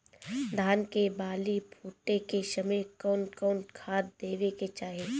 धान के बाली फुटे के समय कउन कउन खाद देवे के चाही?